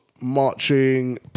marching